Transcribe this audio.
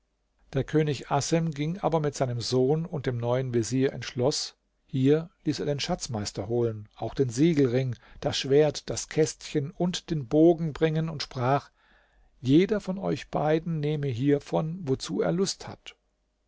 der könig assem ging aber mit seinem sohn und dem neuen vezier ins schloß hier ließ er den schatzmeister holen auch den siegelring das schwert das kästchen und den bogen bringen und sprach jeder von euch beiden nehme hiervon wozu er lust hat